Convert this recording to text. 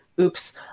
Oops